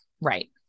Right